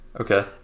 Okay